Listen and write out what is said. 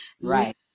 Right